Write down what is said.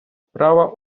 справа